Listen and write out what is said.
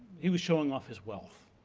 he was showing off his wealth.